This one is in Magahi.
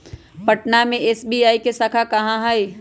पटना में एस.बी.आई के शाखा कहाँ कहाँ हई